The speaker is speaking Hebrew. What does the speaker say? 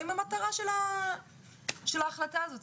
המטרה של ההחלטה הזאת.